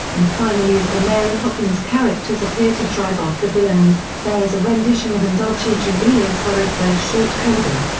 and finally as the mary poppins characters appear to drive off the villains, there is a rendition of in dulci jubilo followed by a short coda.